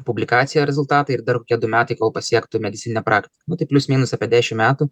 publikaciją rezultatai ir dar du metai kol pasiektų medicininę praktiką nu tai plius minus apie dešim metų